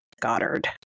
Goddard